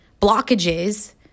Blockages